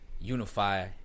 unify